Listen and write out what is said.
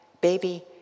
baby